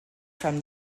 from